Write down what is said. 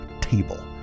table